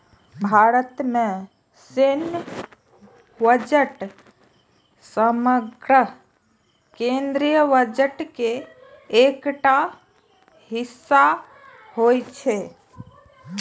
भारत मे सैन्य बजट समग्र केंद्रीय बजट के एकटा हिस्सा होइ छै